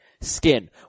skin